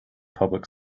public